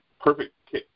perfect